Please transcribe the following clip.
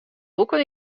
boeken